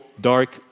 dark